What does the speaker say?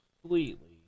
completely